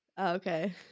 Okay